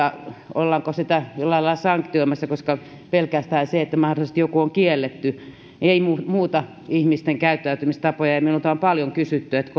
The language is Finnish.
ollaanko sitä jollain lailla sanktioimassa pelkästään se että mahdollisesti joku on kielletty ei muuta ihmisten käyttäytymistapoja minulta on paljon kysytty että